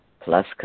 plus